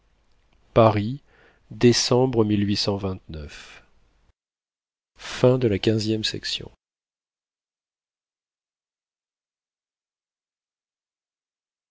par l'odeur de la